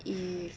if